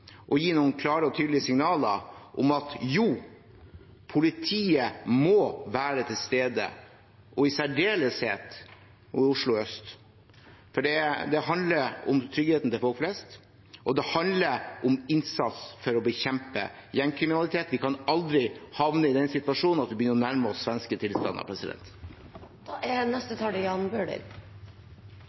å gi noen klare og tydelige signaler om at jo, politiet må være til stede, og i særdeleshet i Oslo øst, for det handler om tryggheten til folk flest, og det handler om innsats for å bekjempe gjengkriminalitet. Vi kan aldri havne i den situasjonen at vi begynner å nærme oss svenske tilstander. Dette er